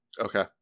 Okay